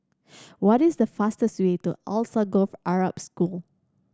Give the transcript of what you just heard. what is the fastest way to Alsagoff Arab School